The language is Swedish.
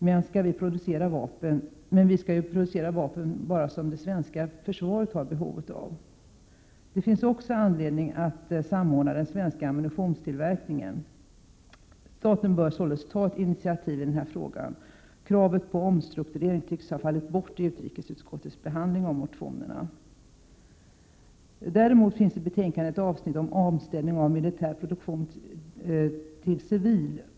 Men vi skall ju bara producera sådana vapen som det svenska försvaret har behov av. Det finns också anledning att samordna den svenska ammunitionstillverkningen. Staten bör således ta ett initiativ i den här frågan. Kravet på en omstrukturering tycks ha fallit bort i utrikesutskottets behandling av motionerna. Däremot finns det i betänkandet ett avsnitt om omställning av militär produktion till civil produktion.